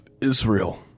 Israel